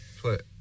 put